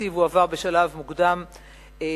והתקציב הועבר בשלב מוקדם מאוד,